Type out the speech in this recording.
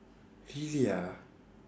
really ah